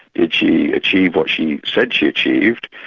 did she achieve what she said she achieved?